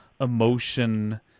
emotion